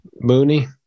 Mooney